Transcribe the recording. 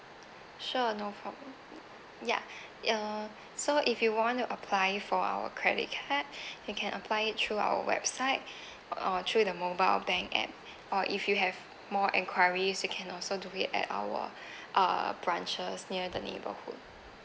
sure no problem ya uh so if you want to apply for our credit card you can apply it through our website or through the mobile bank app or if you have more enquiries you can also do it at our uh branches near the neighborhood